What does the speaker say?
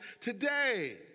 today